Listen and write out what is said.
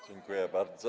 Dziękuję bardzo.